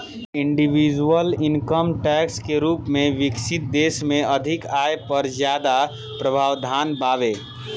individual income tax के रूप में विकसित देश में अधिक आय पर ज्यादा प्रावधान बावे